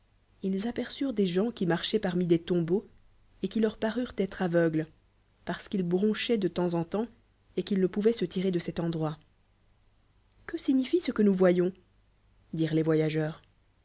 ils aperçurent des gens qui marchoient parmi des tombeaux et qui leur parurent ê tre aveugles parce qu'ils bronchait de temps en temps et qu'ils ne pouvaient se tirer de cet endroit que signifie ce que nous voyons dirent les voyageurs